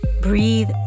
breathe